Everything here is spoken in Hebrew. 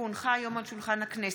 כי הונחה היום על שולחן הכנסת,